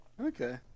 Okay